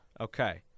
Okay